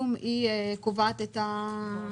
היישום מקבלת את ההחלטה?